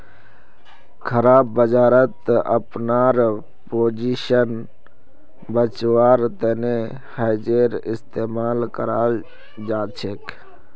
खराब बजारत अपनार पोजीशन बचव्वार तने हेजेर इस्तमाल कराल जाछेक